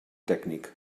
tècnic